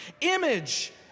image